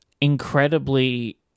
incredibly